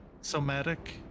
somatic